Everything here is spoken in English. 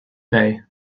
pay